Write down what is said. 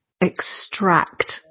extract